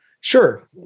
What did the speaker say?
Sure